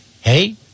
hey